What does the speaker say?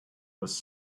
was